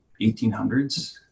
1800s